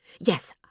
Yes